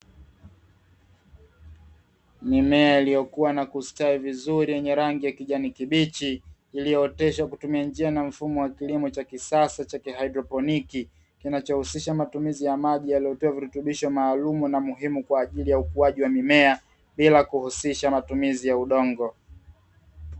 Mimea iliyokua na kustawi vizuri yenye rangi ya kijani kibichi, iliyooteshwa kwa kutumia njia na mfumo wa kilimo cha kisasa cha haidroponi,; kinachohusisha matumizi ya maji yaliyotiwa virutubisho maalumu na muhimu kwa ajili ya ukuaji wa mimea bila kuhusisha matumizi ya udongo.